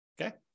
okay